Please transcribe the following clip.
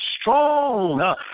strong